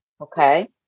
Okay